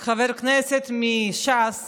שמעתי חבר כנסת מש"ס